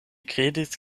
kredis